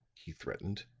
he threatened,